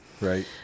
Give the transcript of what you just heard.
Right